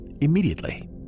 immediately